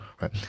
Right